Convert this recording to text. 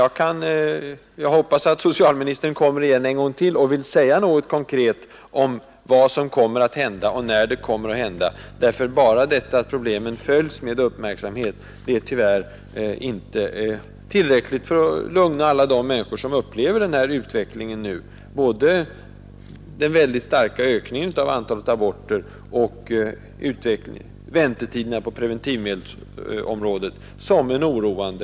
Jag hoppas att socialministern kommer igen en gång till och vill säga något konkret om vad som kommer att hända och när det kommer att hända, ty bara detta att problemet följs med uppmärksamhet är tyvärr inte tillräckligt för att lugna alla de människor som upplever denna utveckling nu — både den mycket starka ökningen av antalet aborter och väntetiderna inom preventivmedelsområdet — som mycket oroande.